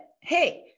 hey